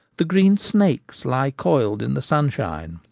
the green snakes lie coiled in the sunshine.